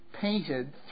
painted